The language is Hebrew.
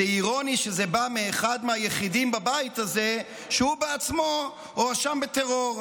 זה אירוני שזה בא מאחד היחידים בבית הזה שהוא בעצמו הואשם בטרור,